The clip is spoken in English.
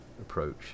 approach